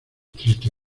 triste